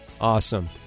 Awesome